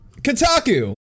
Kotaku